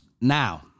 Now